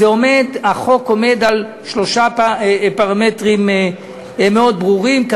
החוק עומד על שלושה פרמטרים ברורים מאוד,